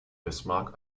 bismarck